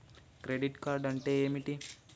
Credit card అంటే ఏమిటి?